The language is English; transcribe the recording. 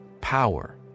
power